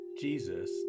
Jesus